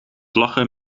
lachen